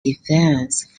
defence